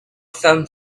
some